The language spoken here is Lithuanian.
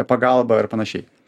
pagalba ir panašiai